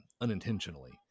unintentionally